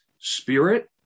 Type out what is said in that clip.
spirit